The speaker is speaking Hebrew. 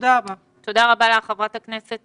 תודה רבה לך, ח"כ מלינובסקי.